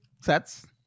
sets